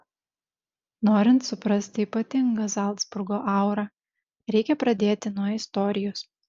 norint suprasti ypatingą zalcburgo aurą reikia pradėti nuo istorijos